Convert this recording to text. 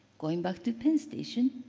going back to penn station,